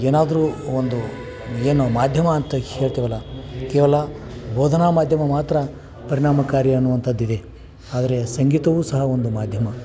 ಏನಾದರೂ ಒಂದು ಏನು ಮಾಧ್ಯಮ ಅಂತ ಹೇಳ್ತೀವಲ್ಲ ಕೇವಲ ಬೋಧನಾ ಮಾಧ್ಯಮ ಮಾತ್ರ ಪರಿಣಾಮಕಾರಿ ಅನ್ನುವಂಥದ್ದಿದೆ ಆದರೆ ಸಂಗೀತವೂ ಸಹ ಒಂದು ಮಾಧ್ಯಮ